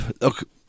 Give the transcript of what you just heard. look